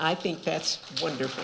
i think that's wonderful